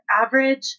average